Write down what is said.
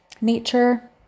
nature